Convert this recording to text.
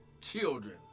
children